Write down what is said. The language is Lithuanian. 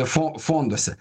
fo fonduose